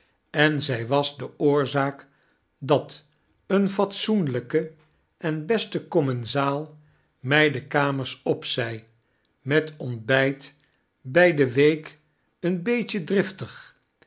en zij was de oorzaak dat een fatsoenlyke en beste commensaal my de kamers opzei met ontbyt by de week een beetje driftig